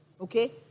Okay